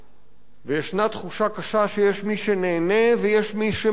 ויש תחושה קשה שיש מי שנהנה ויש מי שמרוויח